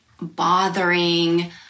bothering